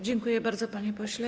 Dziękuję bardzo, panie pośle.